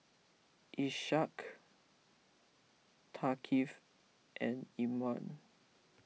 Ishak Thaqif and Imran